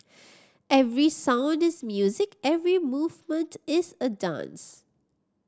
every sound is music every movement is a dance